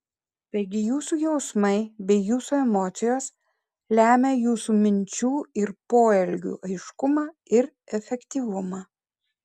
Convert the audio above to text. taigi jūsų jausmai bei jūsų emocijos lemia jūsų minčių ir poelgių aiškumą ir efektyvumą